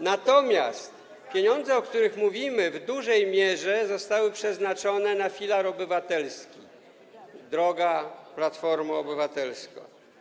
Natomiast pieniądze, o których mówimy, w dużej mierze zostały przeznaczone na filar obywatelski, droga Platformo Obywatelska.